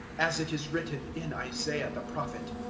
as it is written in isaiah the prophet,